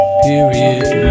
period